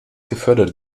gefördert